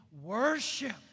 worship